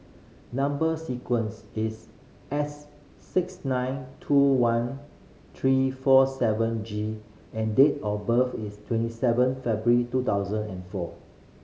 number sequence is S six nine two one three four seven G and date of birth is twenty seven February two thousand and four